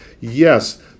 yes